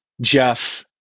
Jeff